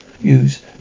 use